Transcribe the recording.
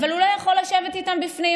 אבל הוא לא יכול לשבת איתם בפנים.